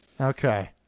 Okay